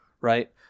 Right